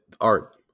art